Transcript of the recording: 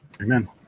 Amen